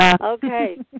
okay